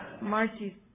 Marcy